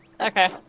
Okay